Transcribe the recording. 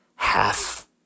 half